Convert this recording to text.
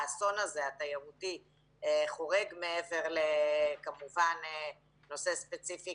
האסון התיירותי חורג מעבר לנושא ספציפי